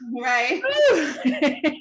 Right